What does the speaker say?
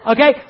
Okay